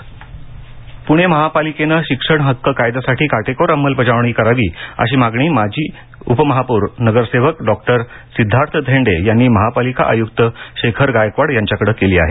प्णे महापालिकेनं शिक्षण हक्क कायद्याची काटेकोर अंमलबजावणी करावी अशी मागणी माजी उपमहापौर नगरसेवक डॉक्टर सिद्धार्थ धेंडे यांनी महापालिका आयुक्त शेखर गायकवाड यांच्याकडे केली आहे